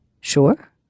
Sure